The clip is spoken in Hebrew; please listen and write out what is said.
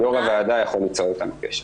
יו"ר הוועדה יכול ליצור אתנו קשר.